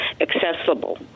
accessible